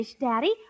Daddy